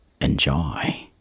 Enjoy